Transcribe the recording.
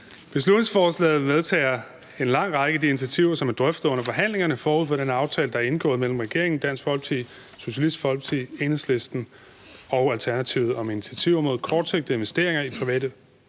Beslutningsforslaget medtager en lang række af de initiativer, som er drøftet under forhandlingerne forud for den aftale, der er indgået mellem regeringen, Dansk Folkeparti, Socialistisk Folkeparti, Enhedslisten og Alternativet, om initiativer mod kortsigtede investeringer i private